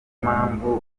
mpamvu